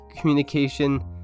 communication